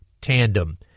tandem